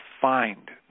Find